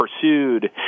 pursued